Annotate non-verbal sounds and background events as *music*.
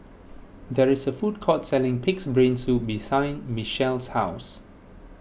there is a food court selling Pig's Brain Soup *unintelligible* Mechelle's house